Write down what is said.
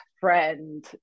friend